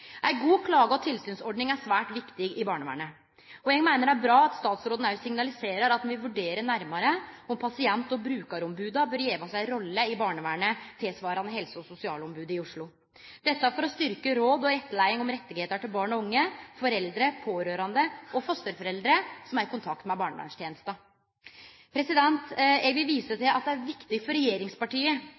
Ei god klage- og tilsynsordning er svært viktig i barnevernet. Eg meiner det er bra at statsråden òg signaliserer at han vil vurdere nærmare om pasient- og brukaromboda bør gjevast ei rolle i barnevernet tilsvarande Helse- og sosialombodet i Oslo. Dette for å styrkje råd og rettleiing om rettar til barn og unge, foreldre, pårørande og fosterforeldre som er i kontakt med barnevernstenesta. Eg vil vise til at det er viktig for regjeringspartia